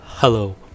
Hello